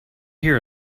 here